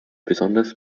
besonders